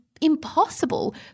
Impossible